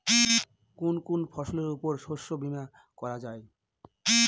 কোন কোন ফসলের উপর শস্য বীমা করা যায়?